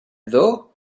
though